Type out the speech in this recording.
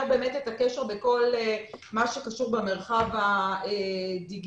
את הקשר בכל מה שקשור במרחב הדיגיטלי.